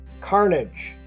carnage